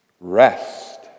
rest